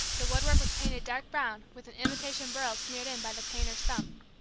the woodwork was painted dark brown, with an imitation burl smeared in by the painter's thumb.